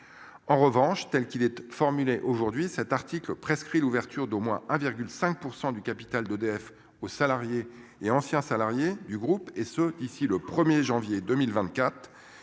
En revanche, telle qu'il était formulé aujourd'hui cet article prescrit l'ouverture d'au moins 1,5% du capital d'EDF aux salariés et anciens salariés du groupe et ce d'ici le 1er janvier 2024.